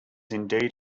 indeed